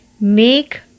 Make